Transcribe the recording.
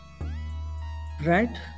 Right